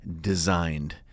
designed